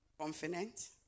Confident